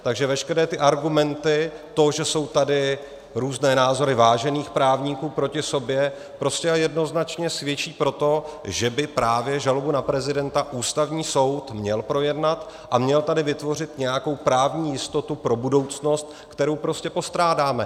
Takže veškeré argumenty, že tady jsou různé názory vážených právníků proti sobě, prostě a jednoznačně svědčí pro to, že by právě ústavní žalobu na prezidenta Ústavní soud měl projednat a měl tady vytvořit nějakou právní jistotu pro budoucnost, kterou prostě postrádáme.